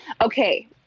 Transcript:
okay